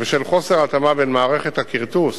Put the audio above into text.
ומחוסר התאמה בין מערכת הכרטוס